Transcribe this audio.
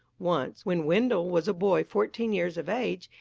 once, when wendell was a boy fourteen years of age,